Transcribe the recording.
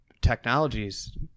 technologies